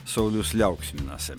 saulius liauksminas